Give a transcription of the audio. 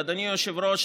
אדוני היושב-ראש,